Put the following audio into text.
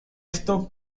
esto